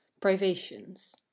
privations